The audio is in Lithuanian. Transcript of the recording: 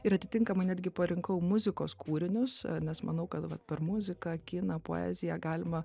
ir atitinkamai netgi parinkau muzikos kūrinius nes manau kad vat per muziką kiną poeziją galima